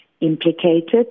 implicated